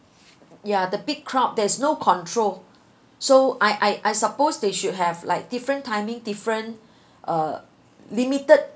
ya the big crowd there's no control so I I I suppose they should have like different timing different uh limited